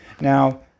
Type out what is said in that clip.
Now